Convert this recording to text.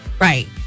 Right